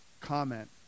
comment